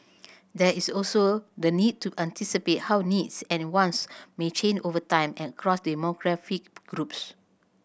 there is also the need to anticipate how needs and wants may change over time and across demographic groups